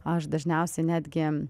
aš dažniausiai netgi